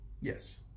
Yes